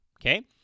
okay